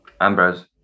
Ambrose